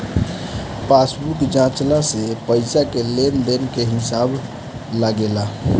passbook जाँचला से पईसा के लेन देन के हिसाब लागेला